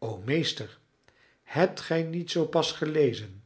o meester hebt gij niet zoo pas gelezen